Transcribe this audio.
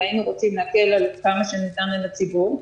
והיינו רוצים להקל על כמה שניתן לציבור.